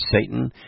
Satan